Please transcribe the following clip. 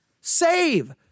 save